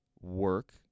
work